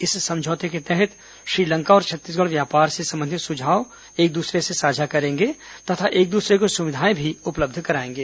इस समझौते के तहत श्रीलंका और छत्तीसगढ़ व्यापार से संबंधित सुझाव एक दूसरे से साझा करेंगे तथा एक दृसरे को सुविधाएं भी उपलब्ध कराएंगे